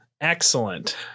Excellent